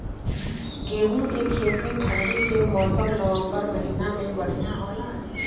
गेहूँ के खेती ठंण्डी के मौसम नवम्बर महीना में बढ़ियां होला?